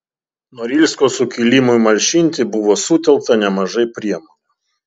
norilsko sukilimui malšinti buvo sutelkta nemažai priemonių